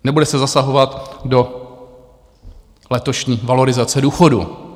Nebude se zasahovat do letošní valorizace důchodů.